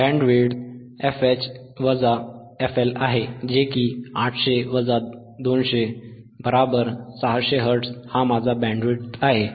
bandwidth आहे 800 - 200 600 hertz हा माझा बँडविड्थ आहे